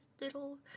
little